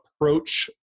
approach